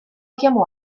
chiamò